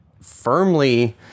firmly